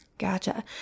Gotcha